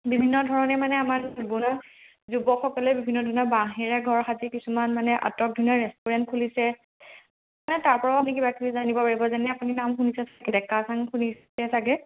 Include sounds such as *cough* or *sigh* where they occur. বিভিন্ন ধৰণে মানে আমাৰ *unintelligible* যুৱকসকলে বিভিন্ন ধৰণৰ বাঁহেৰে ঘৰ সাজি কিছুমান মানে আটকধুনীয়া ৰেষ্টুৰেণ্ট খুলিছে মানে তাৰ পৰাও আপুনি কিবা কিবি জানিব পাৰিব যেনে আপুনি নাম শুনিছে ডেকা চাং শুনিছে চাগে